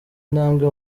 ntambwe